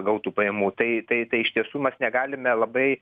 gautų pajamų tai tai tai iš tiesų mes negalime labai